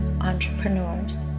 entrepreneurs